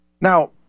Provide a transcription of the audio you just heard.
Now